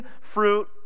fruit